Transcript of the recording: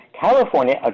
California